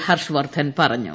ഹർഷവർദ്ധൻ പറഞ്ഞു